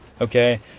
Okay